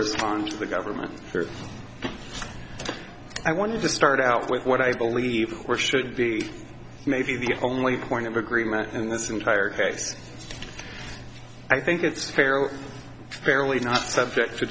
respond to the government i want to start out with what i believe or should be maybe the only point of agreement in this entire case i think it's fairly fairly not subject to